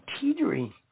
teetering